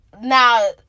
now